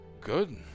good